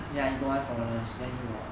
ya he don't want foreigners then he was